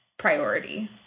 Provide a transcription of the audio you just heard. priority